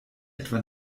etwa